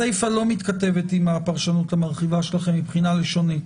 הסיפא לא מתכתבת עם הפרשנות המרחיבה שלכם מבחינה לשונית,